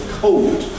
cold